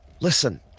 Listen